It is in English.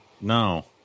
no